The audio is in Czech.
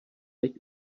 teď